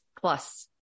plus